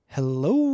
Hello